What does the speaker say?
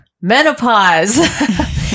menopause